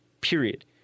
period